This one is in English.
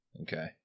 Okay